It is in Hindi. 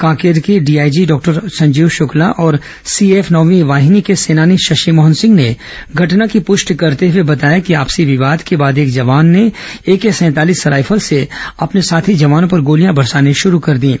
कांकेर के डीआईजी डॉक्टर संजीव शुक्ला और सीएएफ नौवीं वाहिनी के सेनानी शशि मोहन सिंह ने घटना की पुष्टि करते हुए बताया कि आपसी विवाद के बाद एक जवान ने एके सैंतालीस रायफल से अपने साथी जवानों पर गोलियां बरसानी शुरू कर दीं